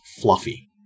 fluffy